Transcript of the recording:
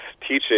teaching